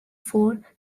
for